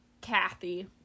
Kathy